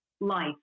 life